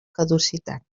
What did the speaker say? caducitat